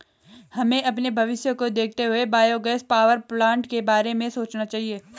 हमें अपने भविष्य को देखते हुए बायोगैस पावरप्लांट के बारे में सोचना चाहिए